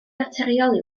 naturiol